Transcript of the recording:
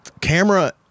camera